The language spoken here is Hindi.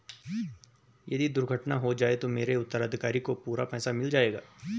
यदि दुर्घटना हो जाये तो मेरे उत्तराधिकारी को पूरा पैसा मिल जाएगा?